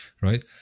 right